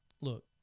Look